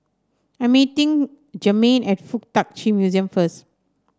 I'm meeting Germaine at FuK Tak Chi Museum first